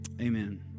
amen